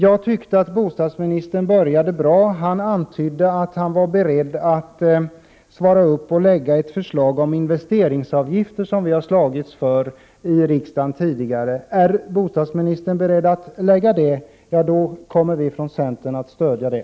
Jag tyckte att bostadsministern började bra när han antydde att han var beredd att lägga fram förslag om investeringsavgifter, något som vi har slagits för i riksdagen tidigare. Är bostadsministern beredd att lägga fram ett sådant förslag kommer vi från centern att stödja det.